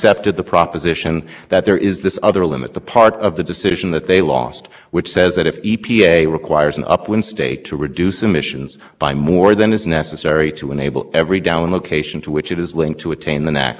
works in terms of ultimately setting budgets and it's not a simple calculus we can sort of pull one state out of